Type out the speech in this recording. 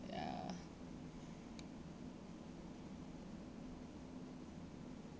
ya